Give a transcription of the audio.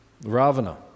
ravana